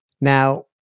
Now